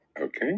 okay